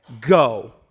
go